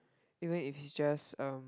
even if it's just um